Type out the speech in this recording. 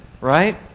right